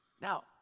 Now